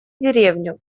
деревню